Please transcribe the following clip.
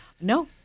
No